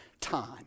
time